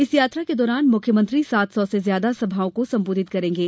इस यात्रा के दौरान मुख्यमंत्री सात सौ से ज्यादा सभाओं को संबोधित करेंगे